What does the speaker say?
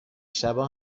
شبا